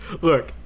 look